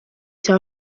cya